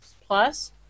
plus